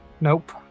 Nope